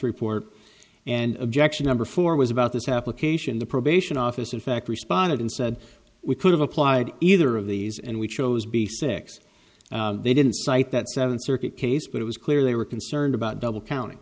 report and objection number four was about this application the probation office in fact responded and said we could have applied either of these and we chose b six they didn't cite that seven circuit case but it was clear they were concerned about double counting